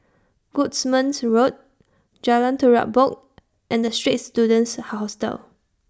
Goodman's Road Jalan Terubok and The Straits Students Hostel